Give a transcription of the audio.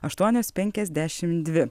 aštuonios penkiasdešimt dvi